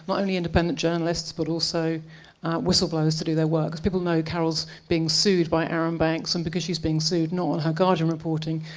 only independent journalists, but also whistle blowers to do their work. because people know carole's being sued by arron banks and because she's being sued, no longer guardian reporting.